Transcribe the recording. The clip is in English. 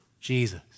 Jesus